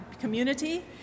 community